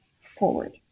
forward